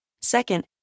Second